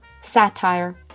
satire